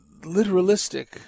literalistic